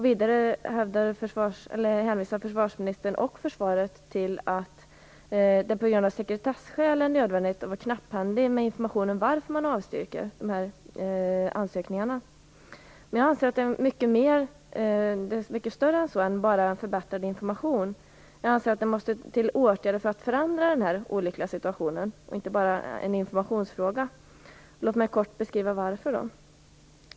Vidare hänvisar försvarsministern och försvaret till att det på grund av sekretesskäl är nödvändigt att vara knapphändig med informationen om varför man avstyrker ansökningarna. Jag anser att problemet är mycket större och att man inte kan lösa det med bara förbättrad information. Jag anser att det måste till åtgärder för att förändra den olyckliga situationen. Det är inte bara en informationsfråga. Låt mig kort beskriva varför.